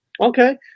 Okay